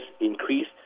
increase